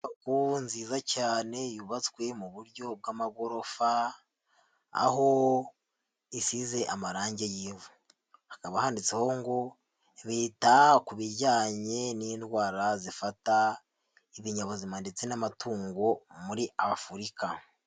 Inyubako nziza cyane yubatswe mu buryo bw'amagorofa aho isize amarange y'ivu, hakaba handitseho ngo bita ku bijyanye n'indwara zifata ibinyabuzima ndetse n'amatungo muri Afurika.